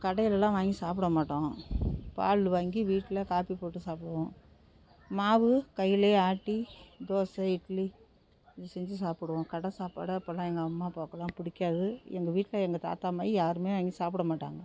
கடையில்லலாம் வாங்கி சாப்பிட மாட்டோம் பால் வாங்கி வீட்டில் காபி போட்டு சாப்பிடுவோம் மாவு கையிலயே ஆட்டி தோசை இட்லி இது செஞ்சு சாப்பிடுவோம் கடை சாப்பாட்ட அப்போலாம் எங்கள் அம்மா அப்பாக்குலாம் பிடிக்காது எங்கள் வீட்டில் எங்கள் தாத்தா மாயி யாருமே வாங்கி சாப்பிட மாட்டாங்க